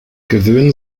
gewöhnen